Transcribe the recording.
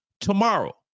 tomorrow